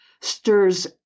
stirs